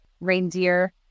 reindeer